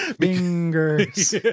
fingers